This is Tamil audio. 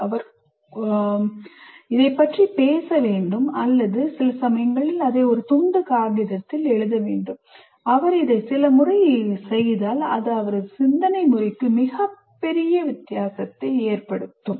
அவர் குரல் கொடுக்க வேண்டும் அல்லது சில சமயங்களில் அதை ஒரு துண்டு காகிதத்தில் எழுத வேண்டும் அவர் இதை சில முறை செய்தால் அது அவரது சிந்தனை முறைக்கு மிகப்பெரிய வித்தியாசத்தை ஏற்படுத்தும்